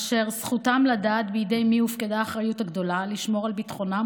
אשר זכותם לדעת בידי מי הופקדה האחריות הגדולה לשמור על ביטחונם,